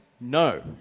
No